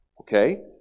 okay